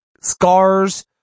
scars